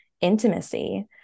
intimacy